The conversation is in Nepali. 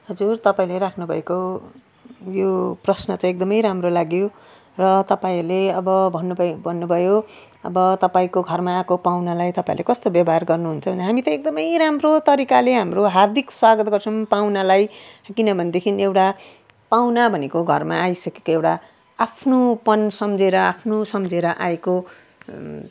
हजुर तपाईँले राख्नु भएको यो प्रश्न चाहिँ एकदम राम्रो लाग्यो र तपाईँहरूले अब भन्नु भयो भन्नु भयो अब तपाईँको घरमा आएको पाहुनालाई तपाईँले कस्तो व्यवहार गर्नु हुन्छ हामी त एकदम राम्रो तरिकाले हाम्रो हार्दिक स्वागत गर्छौँ पाहुनालाई किनभनेदेखि एउटा पाहुना भनेको घरमा आइसकेको एउटा आफ्नोपन सम्झेर आफ्नो सम्झेर आएको